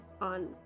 on